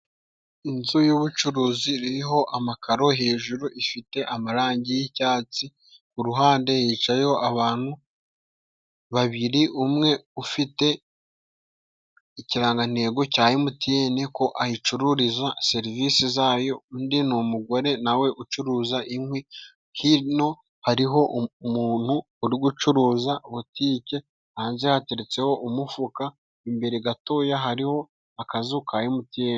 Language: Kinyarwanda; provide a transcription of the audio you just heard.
Inzu y'ubucuruzi iriho amakaro hejuru ifite amarangi y'icyatsi, ku ruhande yicayeho abantu babiri umwe ufite ikirangantego cya MTN kuko ayicururiza serivisi zayo, undi ni umugore nawe ucuruza inkwi, hino hariho umuntu uri gucuruza Butike, hanze hateretseho umufuka imbere gatoya hariho akazu ka MTN.